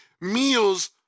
meals